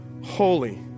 holy